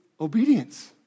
obedience